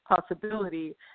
possibility